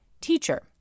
Teacher